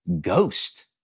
Ghost